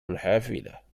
الحافلة